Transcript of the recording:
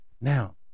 now